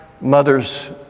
mother's